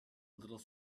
little